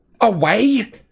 Away